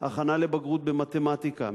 הכנה לבגרות במתמטיקה,